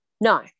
No